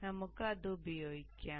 അതിനാൽ നമുക്ക് അത് ഉപയോഗിക്കാം